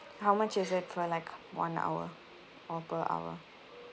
how much is it for like one hour or per hour